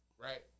Right